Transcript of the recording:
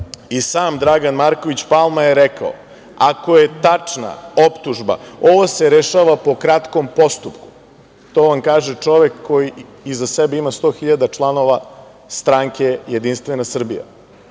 i sam Dragan Marković Palma je rekao – ako je tačna optužba, ovo se rešava po kratkom postupku. To vam kažem čovek koji iza sebe ima 100.000 članova stranke JS.Isto bi